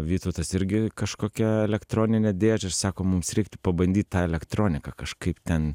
vytautas irgi kažkokią elektroninę dėžę ir sako mums reiktų pabandyt tą elektroniką kažkaip ten